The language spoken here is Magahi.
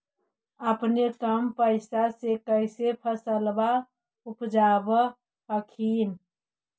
अपने कम पैसा से कैसे फसलबा उपजाब हखिन?